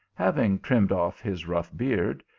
having trimmed off his rough beard,